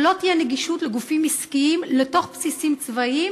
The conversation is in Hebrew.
שלא תהיה נגישות לגופים עסקיים לתוך בסיסים צבאיים